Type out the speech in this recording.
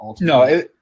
No